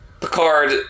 Picard